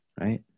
Right